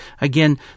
Again